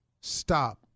stop